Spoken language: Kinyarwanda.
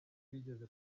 bigeze